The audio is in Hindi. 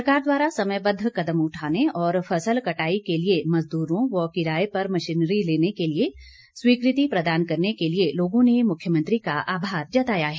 सरकार द्वारा समयबद्व कदम उठाने और फसल कटाई के लिए मजदूरों व किराए पर मशीनरी लेने के लिए स्वीकृति प्रदान करने के लिए लोगों ने मुख्यमंत्री का आभार जताया है